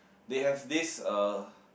they have this uh